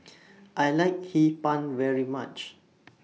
I like Hee Pan very much